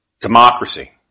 democracy